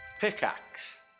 pickaxe